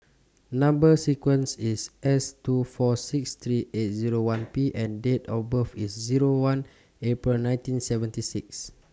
Number sequence IS S two four six three eight Zero one P and Date of birth IS Zero one April nineteen seventy six